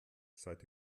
seid